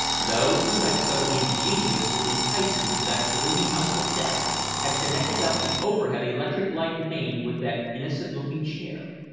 those who had so ingeniously enticed me to that gloomy house of death had connected up the overhead electric light main with that innocent-looking chair,